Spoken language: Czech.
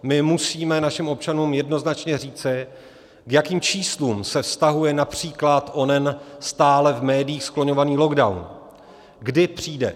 My musíme našim občanům jednoznačně říci, k jakým číslům se vztahuje například onen stále v médiích skloňovaný lockdown, kdy přijde.